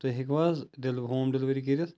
تُہُۍ ہیٚکۍوا حَظ ہوم ڈِلوٕری کٔرِتھ